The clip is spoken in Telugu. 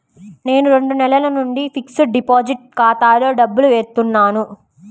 నేను రెండు నెలల నుంచి ఫిక్స్డ్ డిపాజిట్ ఖాతాలో డబ్బులు ఏత్తన్నాను